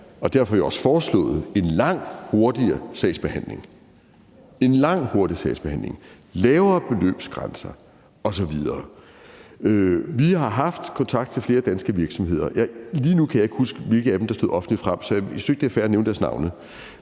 derfor har vi også foreslået det – at der skal være en langt hurtigere sagsbehandling, lavere beløbsgrænser osv. Vi har haft kontakt til flere danske virksomheder. Lige nu kan jeg ikke huske, hvilke af dem der stod offentligt frem, så jeg synes ikke, at det er fair at nævne deres navne.